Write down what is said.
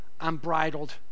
unbridled